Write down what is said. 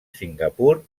singapur